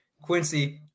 Quincy